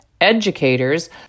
educators